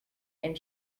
and